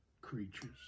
creatures